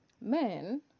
men